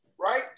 Right